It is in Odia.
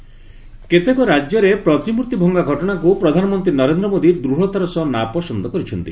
ପିଏମ୍ ଷ୍ଟାଚ୍ଯ୍ କେତେକ ରାଜ୍ୟରେ ପ୍ରତିମୂର୍ତ୍ତି ଭଙ୍ଗା ଘଟଣାକୁ ପ୍ରଧାନମନ୍ତ୍ରୀ ନରେନ୍ଦ୍ର ମୋଦି ଦୂଢ଼ତାର ସହ ନାପସନ୍ଦ କରିଛନ୍ତି